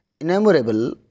innumerable